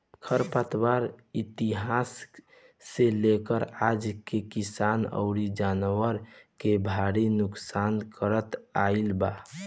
खर पतवार इतिहास से लेके आज ले किसान अउरी जानवर के भारी नुकसान करत आईल बा